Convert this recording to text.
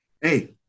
Hey